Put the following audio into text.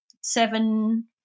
seven